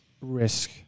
risk